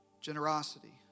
Generosity